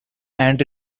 and